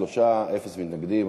שלושה בעד, אין מתנגדים.